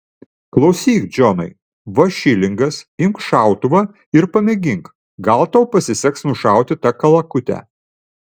klausyk džonai va šilingas imk šautuvą ir pamėgink gal tau pasiseks nušauti tą kalakutę